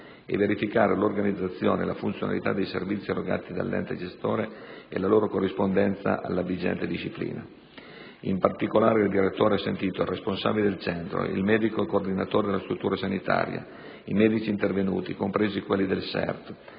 e verificare l'organizzazione e la funzionalità dei servizi erogati dall'ente gestore e la loro corrispondenza alla vigente disciplina. In particolare, il direttore ha sentito il responsabile del centro, il medico coordinatore della struttura sanitaria, i medici intervenuti, compresi quelli del Sert,